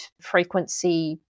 frequency